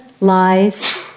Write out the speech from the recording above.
Lies